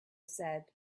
said